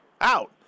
out